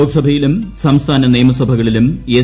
ലോക്സഭയിലും സംസ്ഥാന നിയമസഭകളിലും ് എസ്